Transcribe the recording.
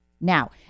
now